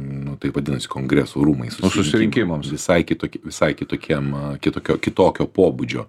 nu taip vadinasi kongresų rūmai susirinkimam visai kitokie visai kitokiem kitokio kitokio pobūdžio